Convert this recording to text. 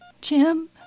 Jim